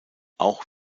auch